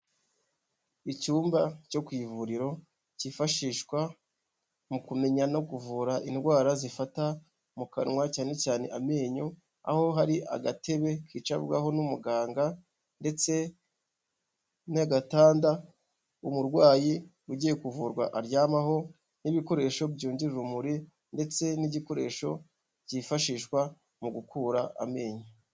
Icyumba cyo ku ivuriro cyifashishwa mu kumenya no kuvura indwara zifata mu kanwa cyane cyane amenyo aho hari agatebe kicarwaho n'umuganga ndetse n'agatanda umurwayi ugiye kuvurwa aryamaho n'ibikoresho byungera urumuri ndetse n'igikoresho cyifashishwa mu gukura amenyo.